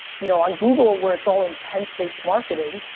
you know on google where it's all intent based marketing,